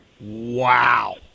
Wow